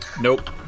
nope